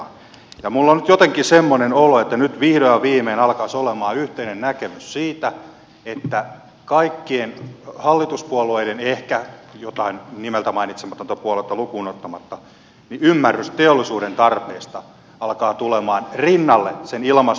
minulla on nyt jotenkin semmoinen olo että nyt vihdoin ja viimein alkaisi olemaan yhteinen näkemys siitä että kaikkien hallituspuolueiden ehkä jotain nimeltä mainitsematonta puoluetta lukuun ottamatta ymmärrys teollisuuden tarpeesta alkaa tulemaan rinnalle sen ilmastotarpeen